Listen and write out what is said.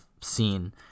seen